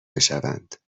بشوند